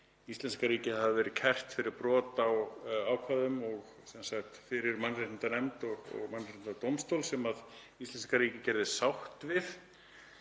íslenska ríkið hafði verið kært fyrir brot á ákvæðum og fyrir mannréttindanefnd og Mannréttindadómstól sem íslenska ríkið gerði sátt við.